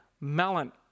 melon